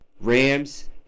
Rams